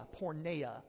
porneia